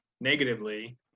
Negatively